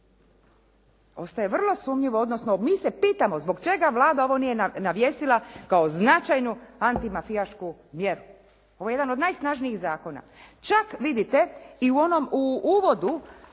Ostaje vrlo sumnjivo, odnosno mi se pitamo zbog čega Vlada ovo nije navijestila kao značajnu antimafijačku vjeru. Ovo je jedan od najsnažnijih zakona. Čak vidite i u onom